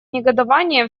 негодование